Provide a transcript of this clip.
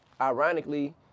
ironically